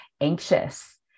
anxious